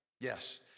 Yes